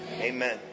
Amen